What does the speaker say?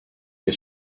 est